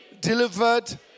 delivered